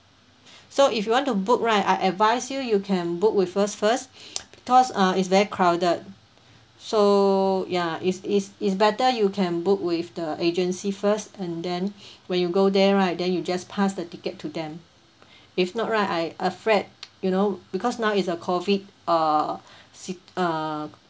so if you want to book right I advise you you can book with us first because uh it's very crowded so ya it's it's it's better you can book with the agency first and then when you go there right then you just pass the ticket to them if not right I afraid you know because now it's uh COVID err si~ err